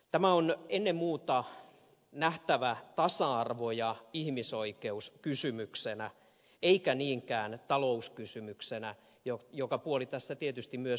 tämä on ennen muuta nähtävä tasa arvo ja ihmisoikeuskysymyksenä eikä niinkään talouskysymyksenä mikä puoli tässä tietysti myös on